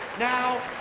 now,